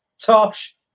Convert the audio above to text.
Tosh